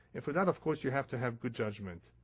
and for that, of course, you have to have good judgment.